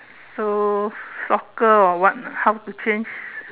so soccer or what ah how to change